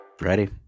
Ready